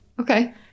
Okay